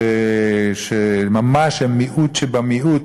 שממש הם מיעוט שבמיעוט,